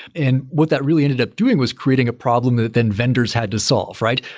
and what that really ended up doing was creating a problem that then vendors had to solve, right?